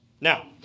Now